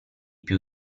più